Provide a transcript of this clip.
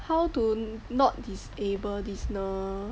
how to not disable this uh